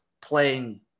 playing